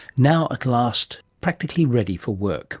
now at last practically ready for work